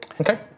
okay